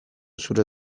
zure